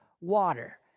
water